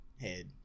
head